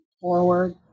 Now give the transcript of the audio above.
forward